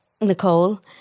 Nicole